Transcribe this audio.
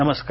नमस्कार